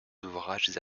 ouvrages